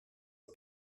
and